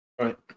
right